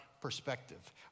perspective